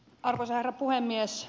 arvoisa herra puhemies